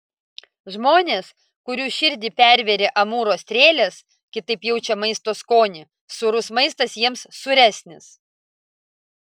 žmonės kurių širdį pervėrė amūro strėlės kitaip jaučią maisto skonį sūrus maistas jiems sūresnis